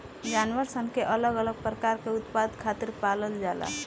जानवर सन के अलग अलग प्रकार के उत्पाद खातिर पालल जाला